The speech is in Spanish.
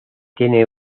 tiene